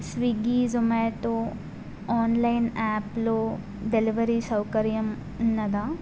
Swiggy Zomato online యాప్లో delivery సౌకర్యం ఉన్నదా